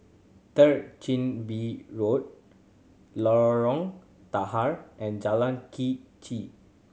Third Chin Bee Road Lorong Tahar and Jalan Quee Che